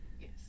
Yes